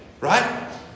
right